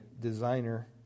designer